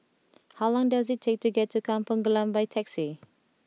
how long does it take to get to Kampung Glam by taxi